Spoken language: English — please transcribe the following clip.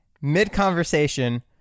Mid-conversation